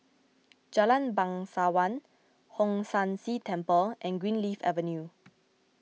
Jalan Bangsawan Hong San See Temple and Greenleaf Avenue